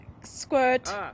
Squirt